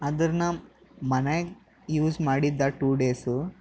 ಆದ್ರೆ ನಾನು ಮನೆಗ್ ಯೂಸ್ ಮಾಡಿದ್ದೆ ಟೂ ಡೇಸು